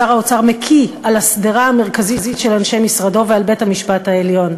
שר האוצר מקיא על השדרה המרכזית של אנשי משרדו ועל בית-המשפט העליון.